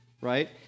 right